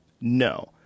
No